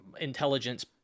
intelligence